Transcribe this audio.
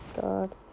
God